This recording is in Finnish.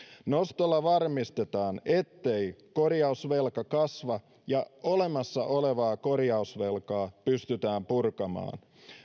nostolla varmistetaan ettei korjausvelka kasva ja että olemassa olevaa korjausvelkaa pystytään purkamaan